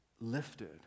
lifted